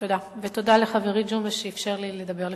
תודה, ותודה לחברי ג'ומס, שאפשר לי לדבר לפניו.